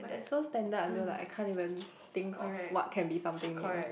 it's so standard until I can't even think of what can be something new